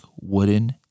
wooden